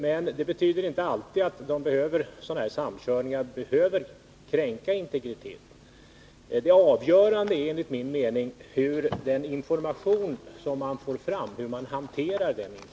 Men det betyder inte alltid att sådana samkörningar behöver kränka integriteten. Det avgörande är, enligt min mening, hur den information som man får fram hanteras.